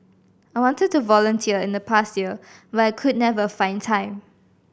I wanted to volunteer in the past years but I could never find time